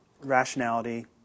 rationality